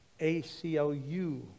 ACLU